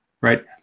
right